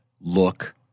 look